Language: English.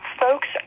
Folks